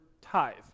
tithe